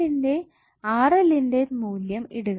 ന്റെ മൂല്യം ഇടുക